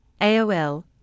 AOL